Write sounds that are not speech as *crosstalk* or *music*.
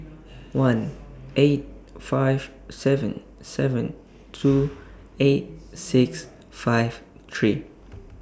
*noise* one eight five seven seven two eight six five three